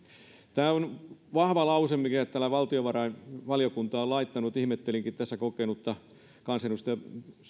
tämä on vahva lause minkä täällä valtiovarainvaliokunta on laittanut ihmettelinkin tässä kokenutta kansanedustaja